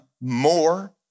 more